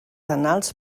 anals